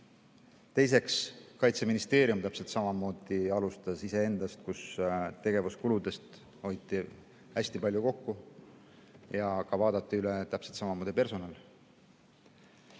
Teiseks, Kaitseministeerium täpselt samamoodi alustas iseendast, tegevuskuludes hoiti hästi palju kokku ja vaadati üle täpselt samamoodi personal.